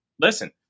listen